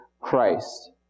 Christ